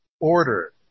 order